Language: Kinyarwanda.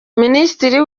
minisitiri